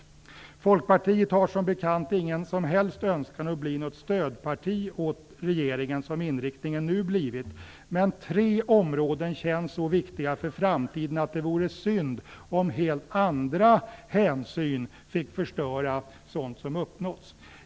Folkpartiet har som bekant ingen som helst önskan att bli ett stödparti åt regeringen som inriktningen nu blivit, men tre områden känns så viktiga för framtiden att det vore synd om helt andra hänsyn fick förstöra sådant som uppnåtts.